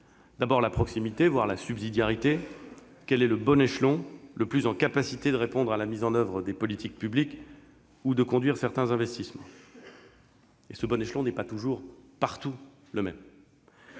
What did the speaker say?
D'abord, la proximité, voire la subsidiarité : quel est le bon échelon, le plus en capacité de répondre à la mise en oeuvre des politiques publiques ou de conduire certains investissements ? Ce bon échelon n'est pas toujours le même